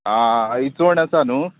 आ इचोण आसा न्हू